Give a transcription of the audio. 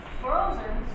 frozen